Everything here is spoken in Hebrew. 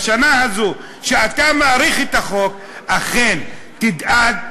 בשנה הזו שאתה מאריך את החוק אכן תדאג,